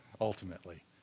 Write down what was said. ultimately